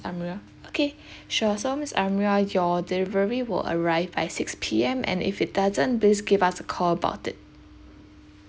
amira okay sure so miss amira your delivery will arrive by six P_M and if it doesn't please give us a call about it